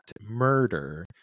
murder